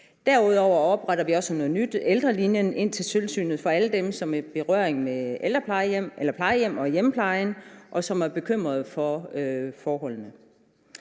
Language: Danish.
Derudover opretter vi også som noget nyt en ældrelinje i tilknytning til tilsynet for alle dem, som er i berøring med plejehjem og hjemmepleje, og som er bekymret for forholdene.